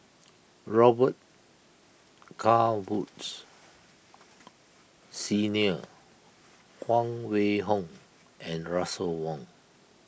Robet Carr Woods Senior Huang Wenhong and Russel Wong